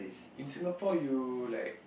in Singapore you like